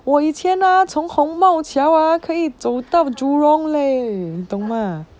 我以前啊从宏茂桥娃可以走到 jurong leh 你懂吗